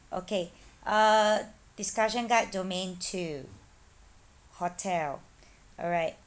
okay uh discussion guide domain two hotel alright